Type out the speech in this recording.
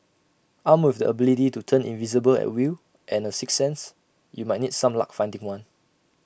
armed with the ability to turn invisible at will and A sixth sense you might need some luck finding one